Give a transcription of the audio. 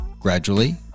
gradually